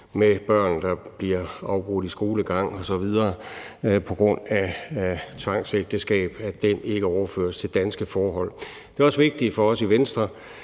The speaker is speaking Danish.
skolegang bliver afbrudt osv. på grund af tvangsægteskab, ikke overføres til danske forhold. Det er også vigtigt for os i Venstre,